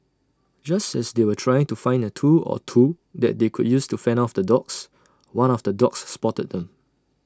just as they were trying to find A tool or two that they could use to fend off the dogs one of the dogs spotted them